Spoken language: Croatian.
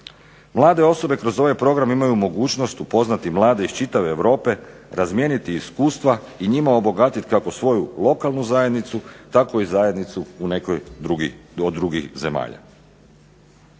Mlade osobe kroz ovaj program imaju mogućnost upoznati mlade iz čitave Europe, razmijeniti iskustva i njima obogatiti kako svoju lokalnu zajednicu, tako i zajednicu u nekih od drugih zemalja.